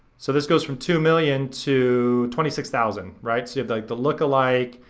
so this goes from two million to twenty six thousand. right? so you have, like, the lookalike,